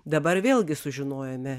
dabar vėlgi sužinojome